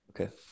Okay